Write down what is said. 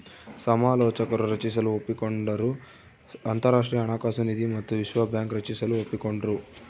ಸಮಾಲೋಚಕರು ರಚಿಸಲು ಒಪ್ಪಿಕೊಂಡರು ಅಂತರಾಷ್ಟ್ರೀಯ ಹಣಕಾಸು ನಿಧಿ ಮತ್ತು ವಿಶ್ವ ಬ್ಯಾಂಕ್ ರಚಿಸಲು ಒಪ್ಪಿಕೊಂಡ್ರು